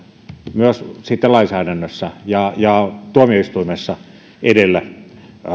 myös sitten lainsäädännössä ja ja tuomioistuimessa edelle